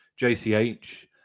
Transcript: JCH